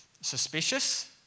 suspicious